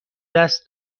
دست